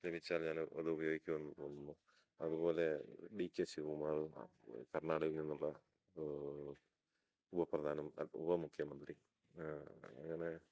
ലഭിച്ചാൽ ഞാൻ അത് ഉപയോഗിക്കുമെന്ന് തോന്നുന്നു അതുപോലെ ഡി കെ ശിവ കുമാറും കർണാടകയിൽ നിന്നുള്ള ഉപപ്രധാനം ഉപ മുഖ്യമന്ത്രി അങ്ങനെ